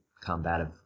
combative